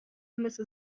مثل